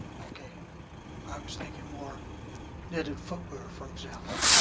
ok i was thinking more knitted footwear, for example.